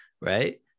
right